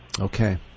Okay